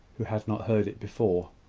who had not heard it before.